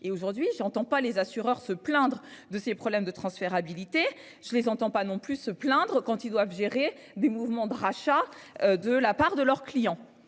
et aujourd'hui j'entends pas. Les assureurs se plaindre de ses problèmes de transférabilité je les entends pas non plus se plaindre quand ils doivent gérer des mouvements de rachat de la part de leurs clients.